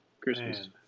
Christmas